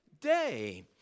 day